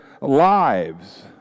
lives